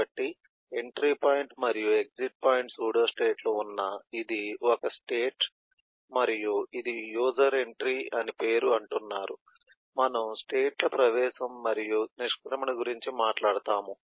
కాబట్టి entry point మరియు exit point సూడోస్టేట్లు ఉన్న ఇది ఒక స్టేట్ మరియు ఇది యూజర్ ఎంట్రీ అని మీరు అంటున్నారు మనము స్టేట్ ల ప్రవేశం మరియు నిష్క్రమణ గురించి మాట్లాడుతాము